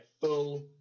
full